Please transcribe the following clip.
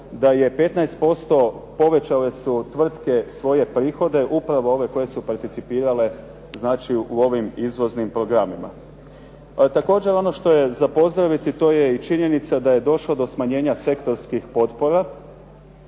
da je 15% povećale su tvrtke svoje prihode upravo ove koje su participirale u ovim izvoznim programima. Također ono što je za pozdraviti to je i činjenica da je došlo do smanjenja sektorskih potpora,